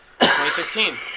2016